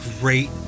great